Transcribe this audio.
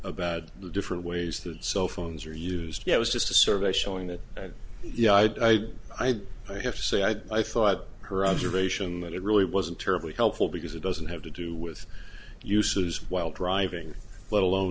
about the different ways that cell phones are used it was just a survey showing that you know i have to say i thought her observation that it really wasn't terribly helpful because it doesn't have to do with uses while driving let alone